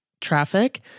traffic